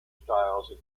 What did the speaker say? styles